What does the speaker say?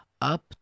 up